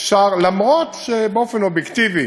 אפשר אף שבאופן אובייקטיבי